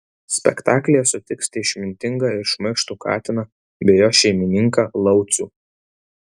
spektaklyje sutiksite išmintingą ir šmaikštų katiną bei jo šeimininką laucių